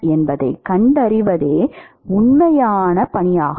என்பதைக் கண்டறிவதே உண்மையான பணியாகும்